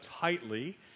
tightly